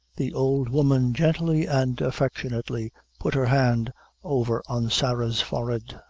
the old woman gently and affectionately put her hand over on sarah's forehead,